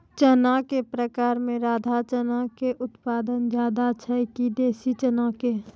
चना के प्रकार मे राधा चना के उत्पादन ज्यादा छै कि देसी चना के?